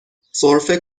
سرفه